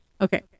Okay